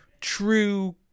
true